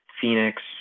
Phoenix